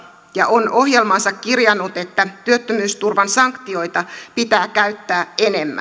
ja on ohjelmaansa kirjannut että työttömyysturvan sanktioita pitää käyttää enemmän